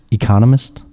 economist